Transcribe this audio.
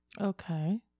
Okay